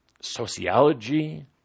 sociology